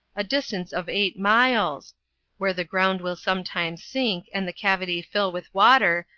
a distance of eight miles where the ground will sometimes sink and the cavity fill with water,